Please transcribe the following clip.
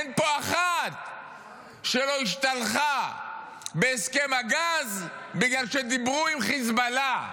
אין פה אחת שלא השתלחה בהסכם הגז בגלל שדיברו עם חיזבאללה.